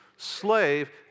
slave